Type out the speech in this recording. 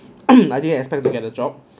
I didn't expect to get a job